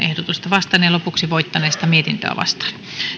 vastaan ja lopuksi voittaneesta mietintöä vastaan